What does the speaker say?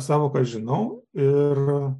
sąvoka žinau ir